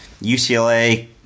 UCLA